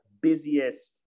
busiest